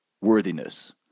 worthiness